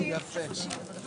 ננעלה בשעה 11:48.